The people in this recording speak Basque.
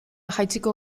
jaitsiko